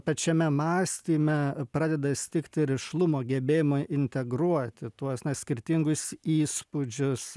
pačiame mąstyme pradeda stigti rišlumo gebėjimo integruoti tuos skirtingus įspūdžius